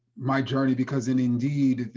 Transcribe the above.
my journey, because indeed,